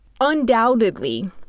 undoubtedly